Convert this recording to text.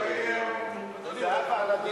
קצת רכילות מפתח-תקווה.